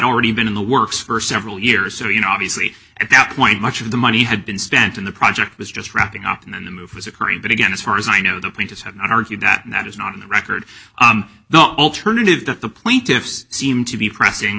already been in the works for several years so you know obviously at that point much of the money had been spent on the project was just wrapping up and then the move was occurring but again as far as i know the plaintiffs have not argued that that is not in the record no alternative that the plaintiffs seem to be pressing